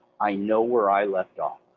i know where i left off.